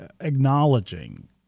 acknowledging